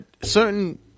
certain